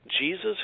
Jesus